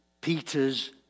Peter's